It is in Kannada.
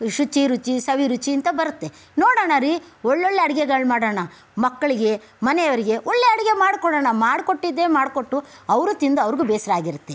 ಶುಚಿ ರುಚಿ ಸವಿರುಚಿ ಅಂತ ಬರುತ್ತೆ ನೋಡೋಣ ರೀ ಒಳ್ಳೊಳ್ಳೆ ಅಡಿಗೆಗಳು ಮಾಡೋಣ ಮಕ್ಕಳಿಗೆ ಮನೆಯವರಿಗೆ ಒಳ್ಳೆಯ ಅಡುಗೆ ಮಾಡಿಕೊಡೋಣ ಮಾಡಿಕೊಟ್ಟಿದ್ದೆ ಮಾಡಿಕೊಟ್ಟು ಅವರು ತಿಂದು ಅವ್ರಿಗೂ ಬೇಸರ ಆಗಿರುತ್ತೆ